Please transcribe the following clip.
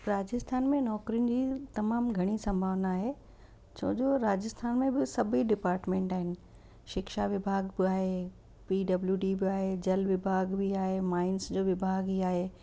राजस्थान में नौकिरियुनि जी तमामु घणी संभावना आहे छो जो राजस्थान में बि सभेई डिपार्टमेंट आहिनि शिक्षा विभाग बि आहे पी डब्लू डी बि आहे जल विभाग बि आहे माइंस जो विभाग ई आहे